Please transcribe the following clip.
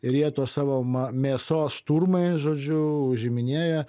ir jie tuos savo ma mėsos šturmais žodžiu užiminėja